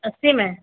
अस्सी में